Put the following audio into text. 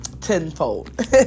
tenfold